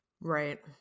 Right